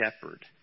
shepherd